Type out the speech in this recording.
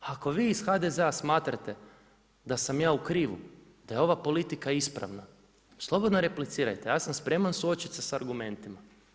Ako vi iz HDZ-a smatrate da sam ja u krivu, da je ova politika ispravna slobodno replicirajte, ja sam spreman suočiti se s argumentima.